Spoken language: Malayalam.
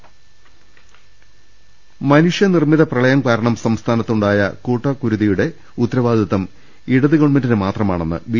രുട്ട്ട്ട്ട്ട്ട്ട്ട മനുഷ്യ നിർമ്മിത പ്രളയം കാരണം സംസ്ഥാനത്ത് ഉണ്ടായ കൂട്ടക്കുരു തിയുടെ ഉത്തരവാദിത്വം ഇടത് ഗവൺമെന്റിന് മാത്രമാണെന്ന് ബി